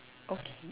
okay